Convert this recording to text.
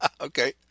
Okay